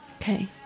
Okay